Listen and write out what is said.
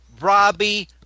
Robbie